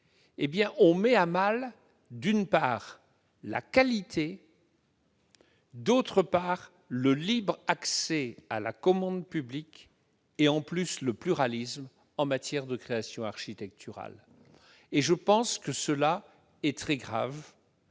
on met à mal, d'une part, la qualité, d'autre part, le libre accès à la commande publique et le pluralisme en matière de création architecturale. C'est très grave,